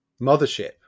Mothership